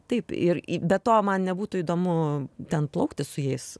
taip ir į be to man nebūtų įdomu ten plaukti su jais